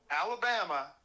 Alabama